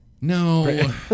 No